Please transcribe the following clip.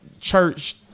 church